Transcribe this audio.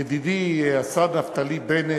ידידי השר נפתלי בנט,